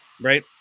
right